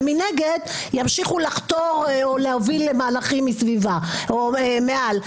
ומנגד ימשיכו לחתור או להוביל למהלכים מסביבה או מעל?